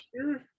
sure